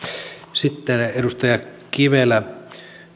sitten edustaja kivelä